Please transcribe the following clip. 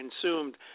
consumed